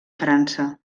frança